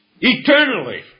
eternally